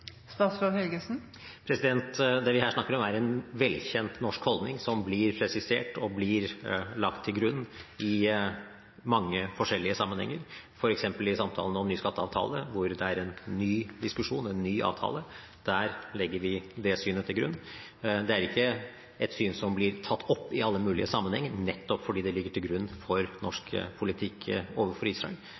Det vi her snakker om, er en velkjent norsk holdning, som blir presisert og lagt til grunn i mange forskjellige sammenhenger, f.eks. i samtalen om ny skatteavtale, hvor det er en ny diskusjon og en ny avtale. Der legger vi det synet til grunn. Det er ikke et syn som blir tatt opp i alle mulige sammenhenger, nettopp fordi det ligger til grunn for norsk politikk overfor Israel,